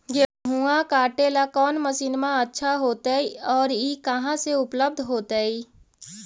गेहुआ काटेला कौन मशीनमा अच्छा होतई और ई कहा से उपल्ब्ध होतई?